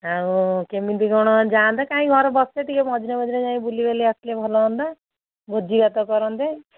ଆଉ କେମିତି କ'ଣ ଯାଆନ୍ତେ କାଇଁ ଘର ବସିଛେ ଟିକେ ମଝିରେ ମଝିରେ ଯାଇ ବୁଲିବାଲି ଆସିଲେ ଭଲ ହୁଅନ୍ତା ଭୋଜିଭାତ କରନ୍ତେ